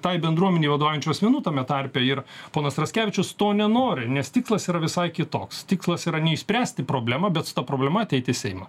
tai bendruomenei vadovaujančių asmenų tame tarpe ir ponas raskevičius to nenori nes tikslas yra visai kitoks tikslas yra ne išspręsti problemą bet su ta problema ateit į seimą